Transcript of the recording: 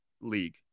league